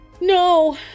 No